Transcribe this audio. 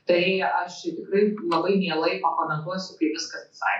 tai aš tikrai labai mielai pakomentuosiu kai viskas bus ai